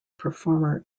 performer